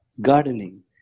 gardening